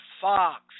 Fox